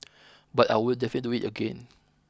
but I would definitely do it again